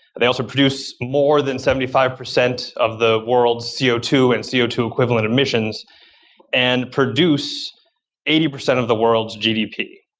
they also produce more than seventy five percent of the world's c o two and c o two equivalent emissions and produce eighty percent of the world's gdp.